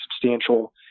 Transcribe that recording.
substantial